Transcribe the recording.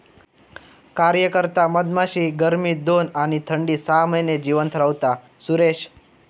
कार्यकर्ता मधमाशी गर्मीत दोन आणि थंडीत सहा महिने जिवंत रव्हता, सुरेश